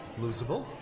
Losable